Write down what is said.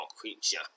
creature